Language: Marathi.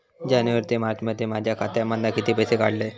जानेवारी ते मार्चमध्ये माझ्या खात्यामधना किती पैसे काढलय?